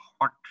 hot